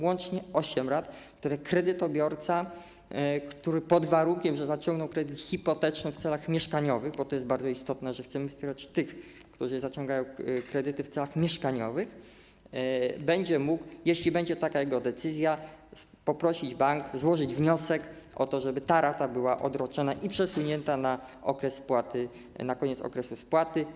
Łącznie to osiem rat, co do których kredytobiorca - pod warunkiem że zaciągnął kredyt hipoteczny w celach mieszkaniowych, bo to jest bardzo istotne, jeżeli chcemy wspierać tych, którzy zaciągają kredyty w celach mieszkaniowych - będzie mógł, jeśli będzie taka jego decyzja, poprosić bank, złożyć wniosek o to, żeby rata była odroczona i przesunięta na koniec okresu spłaty.